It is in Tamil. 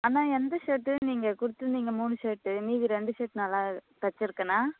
அண்ணா எந்த ஷேர்ட்டு நீங்கள் கொடுத்துருந்தீங்க மூணு ஷேர்ட்டு மீதி ரெண்டு ஷேர்ட் நல்லா தைச்சிருக்கேனா